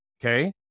okay